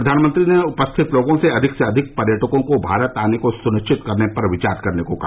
प्रधानमंत्री ने उपस्थित लोगों से अधिक से अधिक पर्यटकों को भारत आने को सुनिश्चित करने पर विचार करने को कहा